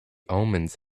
omens